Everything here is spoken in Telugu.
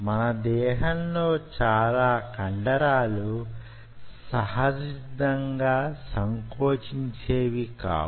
మన దేహంలో చాలా కండరాలు సహజసిద్ధంగా సంకొచించేవి కావు